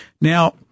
Now